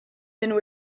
dinner